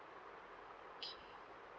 okay